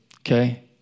Okay